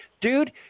dude